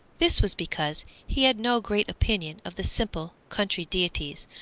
this was because he had no great opinion of the simple country deities,